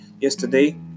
yesterday